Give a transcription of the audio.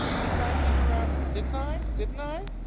didn't i, peter rabbit? didn't i? didn't i?